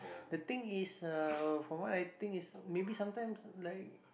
the thing is from what I think is maybe sometimes like